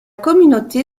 communauté